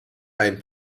einen